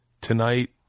tonight